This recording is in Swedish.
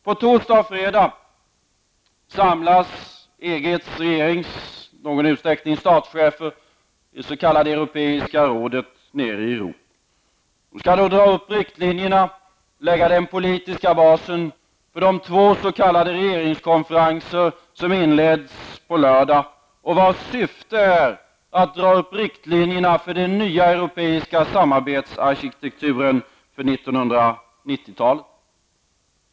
På torsdag och fredag samlas EGs regeringschefer och i någon utsträckning dess statschefer i det s.k. Europeiska rådet i Rom. De skall då dra upp riktlinjerna och lägga den politiska basen för de två s.k. regeringskonferenser som inleds på lördag och vars syfte är att dra upp riktlinjerna för den nya europeiska samarbetsarkitekturen för 1990-talet.